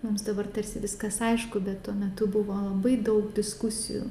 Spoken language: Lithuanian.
mums dabar tarsi viskas aišku bet tuo metu buvo labai daug diskusijų